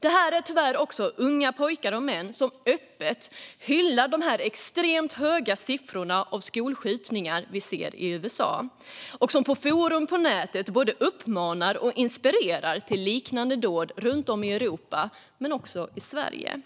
Det är tyvärr också unga pojkar och män som öppet hyllar de extremt höga siffrorna på skolskjutningar i USA. I forum på nätet uppmanar de och inspirerar de till liknande dåd runt om i Europa och i Sverige.